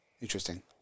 interesting